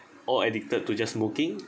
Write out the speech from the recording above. or addicted to just smoking